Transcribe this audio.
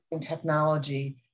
technology